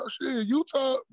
Utah